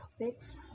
topics